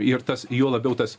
ir tas juo labiau tas